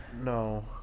No